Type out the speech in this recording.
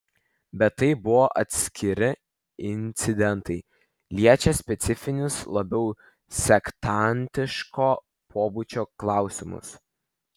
bet tai buvo atskiri incidentai liečią specifinius labiau sektantiško pobūdžio klausimus